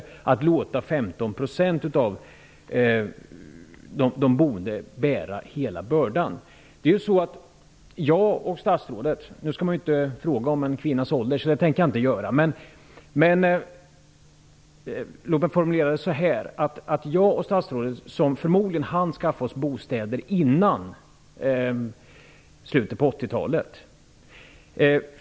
Man låter 15 % av de boende bära hela bördan. Nu skall man ju inte tala om en kvinnas ålder, och det tänker jag inte göra. Men låt mig formulera det så här: Jag och statsrådet hann förmodligen skaffa oss bostäder innan slutet på 80-talet.